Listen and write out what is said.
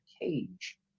cage